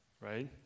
right